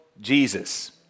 Jesus